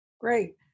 Great